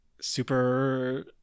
super